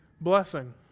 blessing